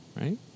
Right